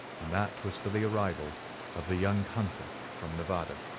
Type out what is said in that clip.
and that was for the arrival of the young hunter from nevada.